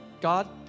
God